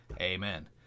Amen